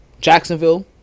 Jacksonville